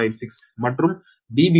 096 மற்றும் Db1 5